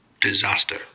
disaster